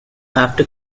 after